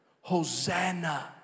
Hosanna